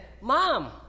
Mom